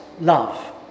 love